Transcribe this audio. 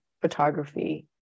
photography